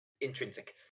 intrinsic